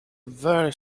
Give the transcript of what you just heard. very